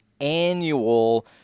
annual